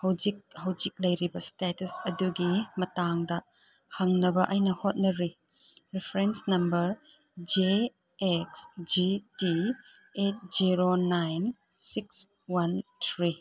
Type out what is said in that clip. ꯍꯧꯖꯤꯛ ꯍꯧꯖꯤꯛ ꯂꯩꯔꯤꯕ ꯏꯁꯇꯦꯇꯁ ꯑꯗꯨꯒꯤ ꯃꯇꯥꯡꯗ ꯍꯪꯅꯕ ꯑꯩꯅ ꯍꯣꯠꯅꯔꯤ reference number J X G T eight zero nine six one three